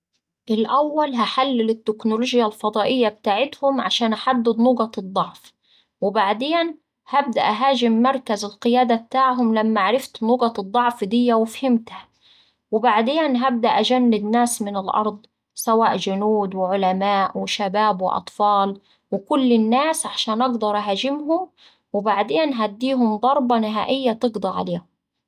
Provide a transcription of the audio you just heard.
الأول هحلل التكنولوجيا الفضائية بتاعتهم عشان أحدد نقط الضعف، وبعدين هبدأ أهاجم مركز القيادة بتاعهم لما عرفت نقط الضعف ديه وفهمتها، وبعدين هبدأ أجند ناس من الأرض سواء جنود وعلماء وشباب وأطفال وكل الناس عشان أقدر أهاجمهم وبعدين هدديهم ضربة نهائية تقضي عليهم.